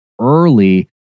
early